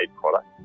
product